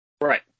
Right